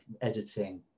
editing